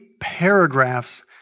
paragraphs